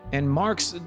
and mark's. and